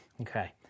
Okay